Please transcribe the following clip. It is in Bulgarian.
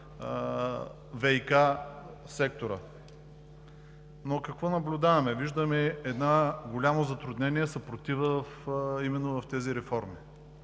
ВиК секторът. Но какво наблюдаваме? Виждаме едно голямо затруднение, съпротива именно в тези реформи.